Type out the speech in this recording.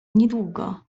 niedługo